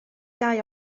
dau